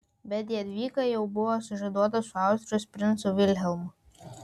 bet jadvyga jau buvo sužieduota su austrijos princu vilhelmu